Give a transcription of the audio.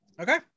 Okay